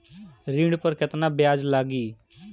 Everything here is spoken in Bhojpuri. ऋण पर केतना ब्याज लगी?